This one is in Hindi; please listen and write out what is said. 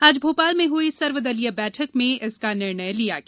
आज भोपाल में हुई सर्वदलीय बैठक में इसका निर्णय लिया गया